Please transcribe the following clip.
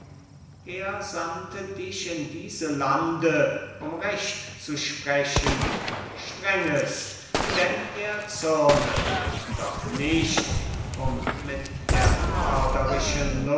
er sandte dich in diese lande um recht zu sprechen strenges denn er zürnet doch nicht um mit der